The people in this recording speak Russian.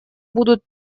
будут